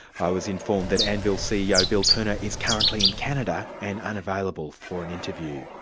i was informed that anvil ceo bill turner is currently in canada and unavailable for an interview.